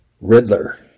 Riddler